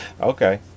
Okay